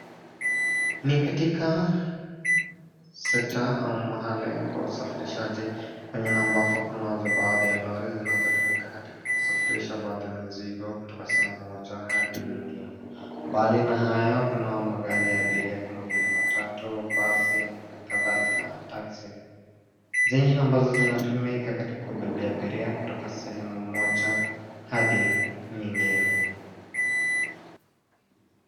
Ni katika sekta au mahali pa usafirishaji, kwenye na ambako kunazo baadhi ya lori zinazotumika katika kusafirisha baadhi ya mizigo kutoka sehemu moja hadi nyingine. Mbali na hayo kunayo magari ya abiria kama vile; matatu, basi na kadhalika na taxi, zenye na ambazo zinatumika katika kubebea abiria kutoka sehemu moja hadi nyingine.